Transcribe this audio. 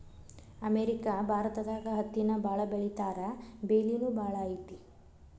America ಭಾರತದಾಗ ಹತ್ತಿನ ಬಾಳ ಬೆಳಿತಾರಾ ಬೆಲಿನು ಬಾಳ ಐತಿ